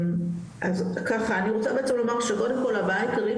אז ככה אני רוצה בעצם לומר שקודם כל הבעיה העיקרית